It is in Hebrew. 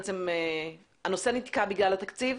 הנושא נתקע בגלל התקציב?